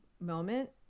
moment